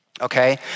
Okay